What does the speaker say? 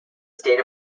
state